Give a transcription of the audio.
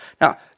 Now